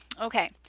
Okay